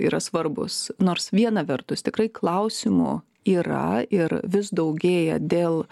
yra svarbūs nors viena vertus tikrai klausimų yra ir vis daugėja dėl